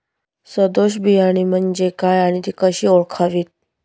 सदोष बियाणे म्हणजे काय आणि ती कशी ओळखावीत?